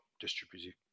Distributive